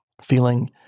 feeling